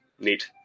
Neat